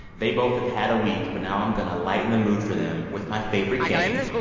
they both have had a week. but now, i'm going to lighten the mood for them with my favorite game,